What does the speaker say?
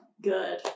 good